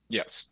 yes